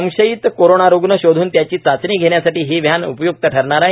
संशयित कोरोना रुग्ण शोधून त्यांची चाचणी घेण्यासाठी ही व्हॅन उपय्क्त ठरणार आहे